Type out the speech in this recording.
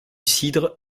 cidre